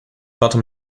bottom